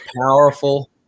powerful